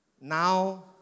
Now